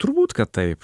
turbūt kad taip